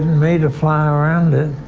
me to fly around it,